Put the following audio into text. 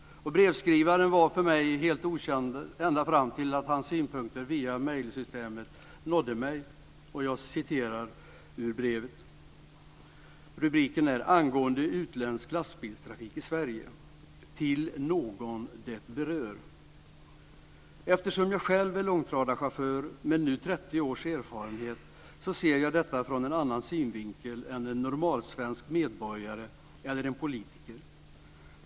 Brevskrivaren var för mig helt okänd ända fram till det att hans synpunkter via mejlsystemet nådde mig. Rubriken är "Angående utländsk lastbilstrafik i Sverige. Till någon det berör". Jag citerar ur brevet: "Eftersom jag själv är långtradarchaufför med nu 30 års erfarenhet så ser jag detta från en annan synvinkel än en normalsvensk medborgare eller en politiker.